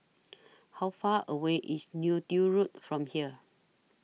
How Far away IS Neo Tiew Road from here